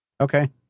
Okay